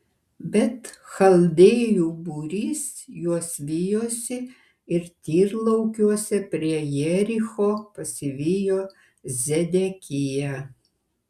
bet chaldėjų būrys juos vijosi ir tyrlaukiuose prie jericho pasivijo zedekiją